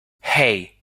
hey